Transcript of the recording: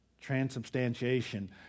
Transubstantiation